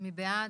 מי בעד?